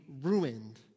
ruined